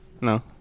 No